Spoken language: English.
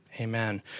Amen